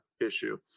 issue